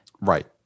Right